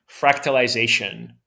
fractalization